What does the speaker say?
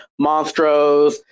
monstros